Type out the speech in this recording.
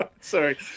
Sorry